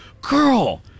girl